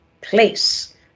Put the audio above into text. place